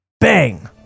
Bang